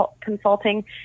consulting